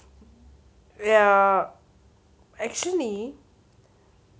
ya actually